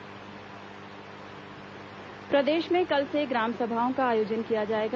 ग्राम सभा प्रदेश में कल से ग्राम सभाओं का आयोजन किया जाएगा